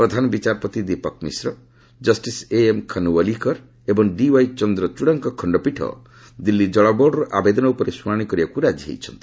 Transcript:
ପ୍ରଧାନ ବିଚାରପତି Dipak Misra justice A M Khanwilkar ଏବଂ D Y ଚନ୍ଦ୍ରଚଡ଼ଙ୍କ ଖଣ୍ଡପୀଠ ଦିଲ୍ଲୀ ଜଳ ବୋର୍ଡ଼ର ଆବେଦନ ଉପରେ ଶୁଣାଶି କରିବାକୁ ରାଜି ହୋଇଛନ୍ତି